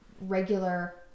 regular